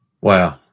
Wow